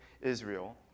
Israel